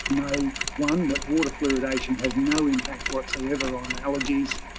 know, one, that water fluoridation has no impact whatsoever on allergies,